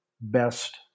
best